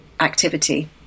activity